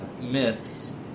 myths